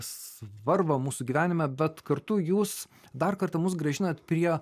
svarbą mūsų gyvenime bet kartu jūs dar kartą mus grąžinat prie